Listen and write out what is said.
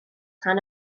rhan